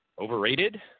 overrated